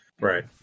right